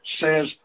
says